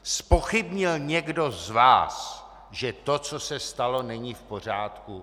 Zpochybnil někdo z vás, že to, co se stalo, není v pořádku?